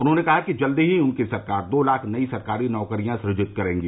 उन्होंने कहा कि जल्द ही उनकी सरकार दो लाख नयी सरकारी नौकरियां सुजित करेगी